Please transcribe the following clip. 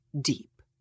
deep